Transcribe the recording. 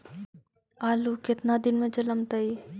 आलू केतना दिन में जलमतइ?